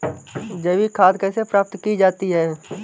जैविक खाद कैसे प्राप्त की जाती है?